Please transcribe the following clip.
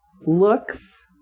looks